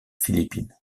philippines